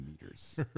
meters